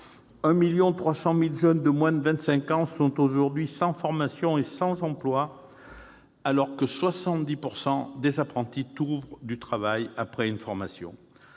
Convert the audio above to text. de jeunes de moins de vingt-cinq ans sont aujourd'hui sans formation et sans emploi, alors que 70 % des apprentis trouvent du travail après une formation